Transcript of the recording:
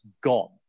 gone